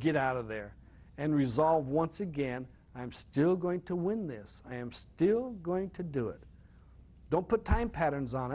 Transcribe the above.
get out of there and resolve once again i'm still going to win this i'm still going to do it don't put time patterns on